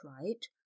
right